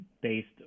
based